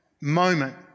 moment